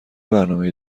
برنامهای